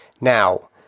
Now